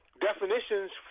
definitions